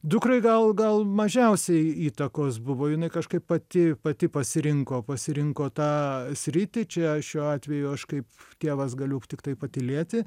dukrai gal gal mažiausiai įtakos buvo jinai kažkaip pati pati pasirinko pasirinko tą sritį čia šiuo atveju aš kaip tėvas galiu tiktai patylėti